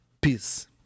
peace